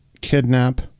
kidnap